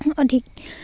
অধিক